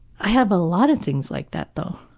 i have a lot of things like that though.